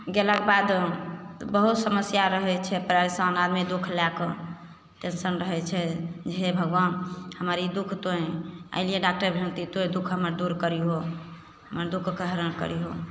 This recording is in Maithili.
गेलाके बाद बहुत समस्या रहै छै परेशान आदमी दुख लैके टेन्शन रहै छै हे भगवान हमर ई दुख तोहेँ एहिलिए डॉकटर तोहेँ दुख हमर दूर करिहो हमर दुखके हरण करिहो